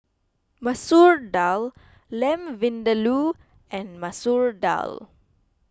Masoor Dal Lamb Vindaloo and Masoor Dal